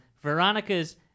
Veronica's